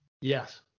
Yes